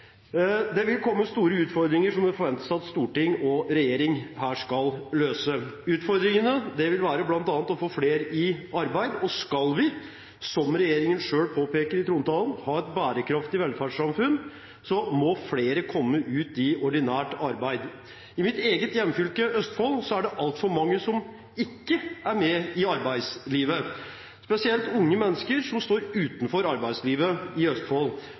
Det vil komme stor utfordringer som det forventes at storting og regjering her skal løse. Utfordringene vil bl.a. være å få flere i arbeid. Skal vi, som regjeringen selv påpeker i trontalen, ha et bærekraftig velferdssamfunn, må flere komme ut i ordinært arbeid. I mitt eget hjemfylke, Østfold, er det altfor mange som ikke er med i arbeidslivet, spesielt unge mennesker står utenfor arbeidslivet i Østfold.